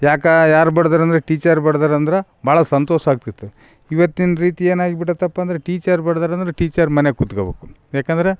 ಯಾಕೆ ಯಾರು ಬಡದ್ರು ಅಂದ್ರೆ ಟೀಚರ್ ಬಡದ್ರು ಅಂದ್ರೆ ಭಾಳ ಸಂತೋಷ ಆಗ್ತಿತ್ತು ಇವತ್ತಿನ ರೀತಿ ಏನು ಆಗಿಬಿಟೈತಪ್ಪ ಅಂದರೆ ಟೀಚರ್ ಬಡದ್ರು ಅಂದ್ರೆ ಟೀಚರ್ ಮನೆಯಾಗ್ ಕುತ್ಕೋಬೇಕು ಯಾಕಂದ್ರೆ